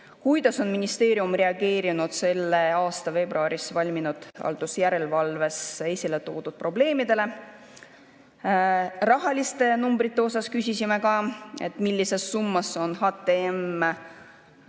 Kuidas on ministeerium reageerinud selle aasta veebruaris valminud haldusjärelevalves esile toodud probleemidele? Rahaliste numbrite osas küsisime, millises summas on HTM